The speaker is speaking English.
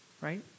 right